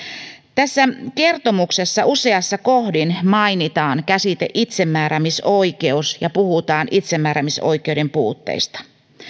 tässä kertomuksessa useassa kohdin mainitaan käsite itsemääräämisoikeus ja puhutaan itsemääräämisoikeuden puutteista